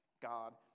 God